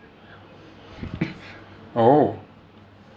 oh